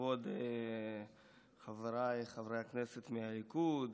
לכבוד חבריי חברי הכנסת מהליכוד.